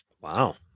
Wow